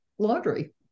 laundry